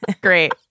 Great